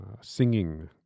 singing